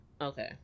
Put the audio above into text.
Okay